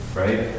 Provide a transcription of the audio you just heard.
right